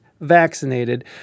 vaccinated